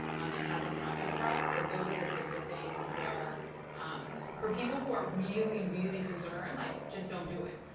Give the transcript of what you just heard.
um it hasn't happened for us. but those are the types of things where um for people who are really, really concerned, like just don't do it.